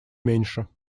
меньше